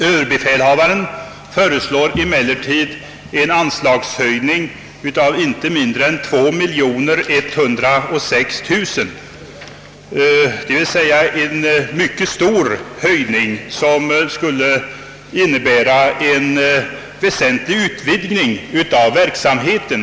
Överbefälhavaren föreslår en höjning med inte mindre än 2106 000 kronor, d. v. s. en mycket stor anslagshöjning, som skulle möjliggöra en väsentlig utvidgning av verksamheten.